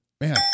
Man